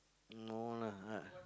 no lah hard